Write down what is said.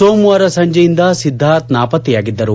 ಸೋಮವಾರ ಸಂಜೆಯಿಂದ ಸಿದ್ದಾರ್ಥ್ ನಾಪತ್ತೆಯಾಗಿದ್ದರು